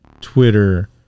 Twitter